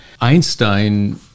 Einstein